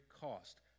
cost